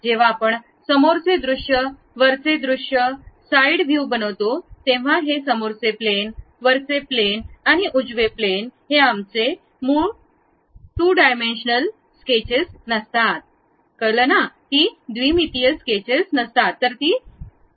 जेव्हा आपण समोरचे दृश्य वरचे दृश्य साइड व्ह्यू बनवतो तेव्हा हे समोरचे प्लेन वरचे प्लेन आणि उजवे प्लेन हे आमचे मूळ टू डायमेन्शनल द्विमितीय स्केचेस नसतात